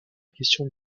question